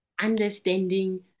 understanding